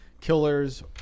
killers